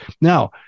Now